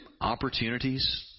opportunities